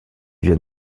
vient